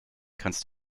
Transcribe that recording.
kannst